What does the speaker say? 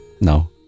No